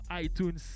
iTunes